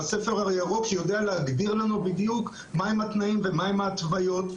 הספר הירוק יודע להגדיר לנו בדיוק מהם התנאים ומהם ההתוויות,